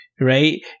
right